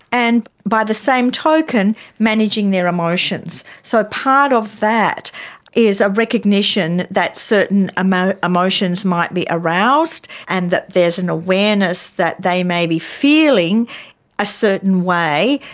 and by the same token, managing their emotions. so part of that is a recognition that certain emotions might be aroused and that there is an awareness that they may be feeling a certain way.